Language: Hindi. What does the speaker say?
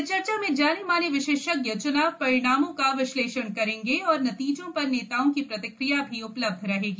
परिचर्चा में जाने माने विशेषज्ञों च्नाव परिणामों का विश्लेषण करेंगे और नतीजों पर नेताओं की प्रतिक्रिया भी उपलब्ध रहेगी